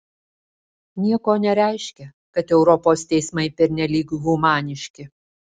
nieko nereiškia kad europos teismai pernelyg humaniški